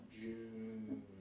June